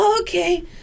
okay